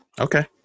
Okay